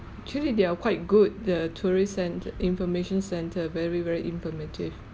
actually they are quite good the tourists and information centre very very informative